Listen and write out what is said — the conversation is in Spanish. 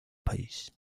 país